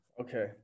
Okay